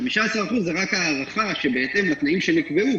15% זה רק הערכה שבהתאם לתנאים שנקבעו.